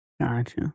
Gotcha